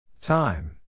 Time